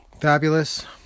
fabulous